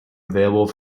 available